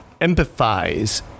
empathize